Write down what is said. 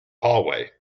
hallway